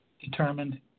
determined